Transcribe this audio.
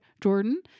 Jordan